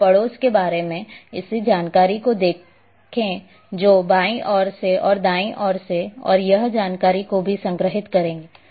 और पड़ोस के बारे में इस जानकारी को देखें जो बाईं ओर है जो दाईं ओर है और यह जानकारी को भी संग्रहीत करेंगे